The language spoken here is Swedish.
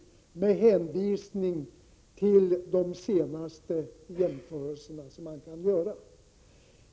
Denna slutsats kan man dra av de senaste jämförelser som har gjorts.